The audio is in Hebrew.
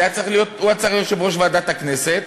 הוא היה יושב-ראש ועדת הכנסת,